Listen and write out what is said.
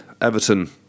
Everton